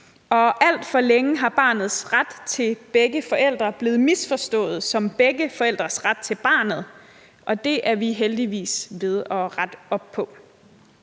Alt for længe er barnets ret til begge forældre blevet misforstået som begge forældrenes ret til barnet, og det er vi heldigvis ved at rette op på.